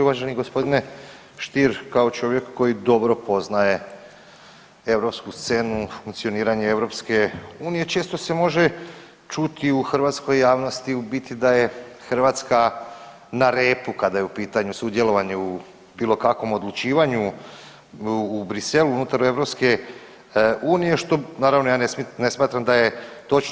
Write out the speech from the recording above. Uvaženi gospodine Stier kao čovjek koji dobro poznaje europsku scenu, funkcioniranje EU često se može čuti u hrvatskoj javnosti u biti da je Hrvatska na repu kada je u pitanju sudjelovanje u bilo kakvom odlučivanju u Bruxellesu unutar EU što naravno ja ne smatram da je točno.